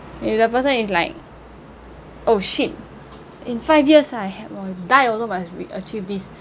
if the person is like oh shit in five years I have !wah! die also must achieve this